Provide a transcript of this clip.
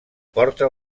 porta